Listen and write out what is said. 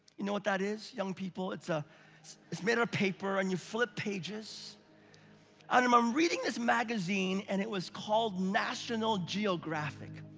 you know what that is, young people? it's ah it's made out of paper, and you flip pages. and i'm um reading this magazine, and it was called national geographic.